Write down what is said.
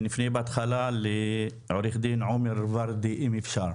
ונפנה בהתחלה לעורך דין עומר ורדי אם אפשר.